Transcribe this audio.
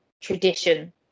tradition